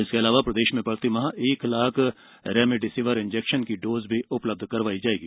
इसके अलावा प्रदेश में प्रति माह एक लाख रेमिडिसीवर इंजेक्शन की डोज उपलब्ध कराई जायेगी